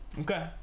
Okay